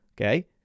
okay